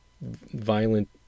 violent